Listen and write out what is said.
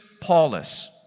Paulus